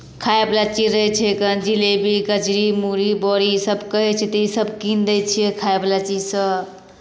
खायवला चीज रहै छै जिलेबी कचरी मुरही बड़ी ईसभ कहै हइ तऽ ईसभ कीनि दै छियै खायवला चीजसभ